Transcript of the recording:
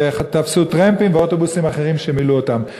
ותפסו טרמפים ואוטובוסים אחרים ומילאו אותם,